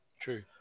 True